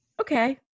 okay